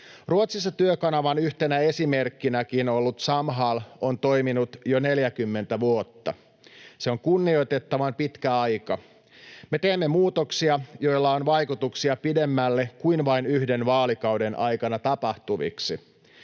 Ruotsissa Työkanavan yhtenä esimerkkinäkin ollut Samhall on toiminut jo 40 vuotta. Se on kunnioitettavan pitkä aika. Me teemme muutoksia, joilla on vaikutuksia pidemmälle kuin vain yhden vaalikauden aikana tapahtuviksi.